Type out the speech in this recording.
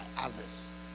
others